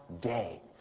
day